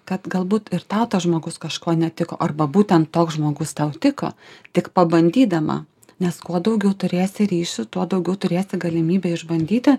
kad galbūt ir tau tas žmogus kažkuo netiko arba būtent toks žmogus tau tiko tik pabandydama nes kuo daugiau turėsi ryšių tuo daugiau turėsi galimybių išbandyti